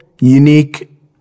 unique